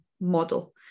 model